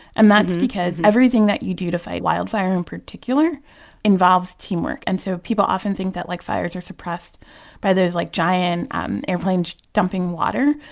and that's because everything that you do to fight wildfire in particular involves teamwork. and so people often think that, like, fires are suppressed by those, like, giant um airplanes dumping water.